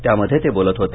त्यामध्ये ते बोलत होते